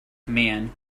command